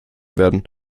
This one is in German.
werden